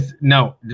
No